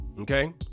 okay